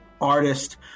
artist